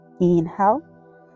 inhale